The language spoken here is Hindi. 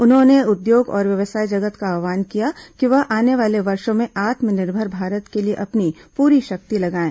उन्होंने उद्योग और व्यवसाय जगत का आव्हान किया कि वह आने वाले वर्षो में आत्मनिर्भर भारत के लिए अपनी पूरी शक्ति लगाएं